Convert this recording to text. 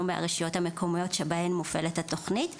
מהרשויות המקומיות שבהן התוכנית מופעלת,